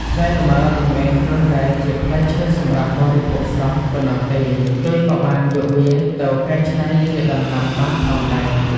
ផ្លែលម៉ើមិនមែនគ្រាន់តែជាផ្លែឈើសម្រាប់បរិភោគស្រស់ ប៉ុណ្ណោះទេ គេក៏បានយកវាទៅកៃច្នៃជាដំណាប់បានផងដែរ។